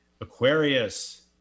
Aquarius